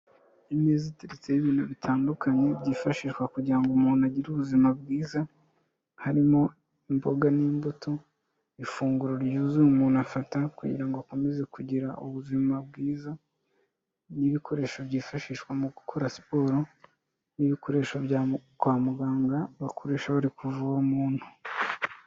Imeza itetseho ibintu bitandukanye, byifashishwa kugira ngo umuntu agire ubuzima bwiza, harimo imboga n'imbuto, ifunguro ryuzuye umuntu afata kugira ngo akomeze kugira ubuzima bwiza n'ibikoresho byifashishwa mu gukora siporo n'ibikoresho byo kwa muganga, bakoreshaho bari kuvura umuntu.